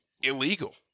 illegal